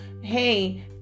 hey